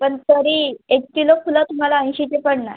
पण तरी एक किलो फुलं तुम्हाला ऐंशीचे पडणार